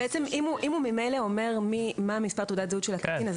אם הוא ממילא אומר מה מספר הזהות של הקטין,